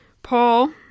Paul